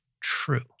true